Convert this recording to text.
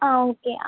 ആ ഓക്കെ